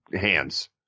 hands